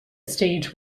stage